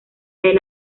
del